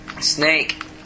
Snake